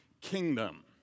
Kingdom